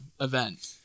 event